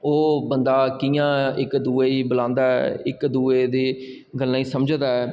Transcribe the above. ओह् बंदा कि'यां इक दूऐ गी बलांदा ऐ इक्क दुएं दी गल्लें गी समझदा ऐ